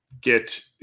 get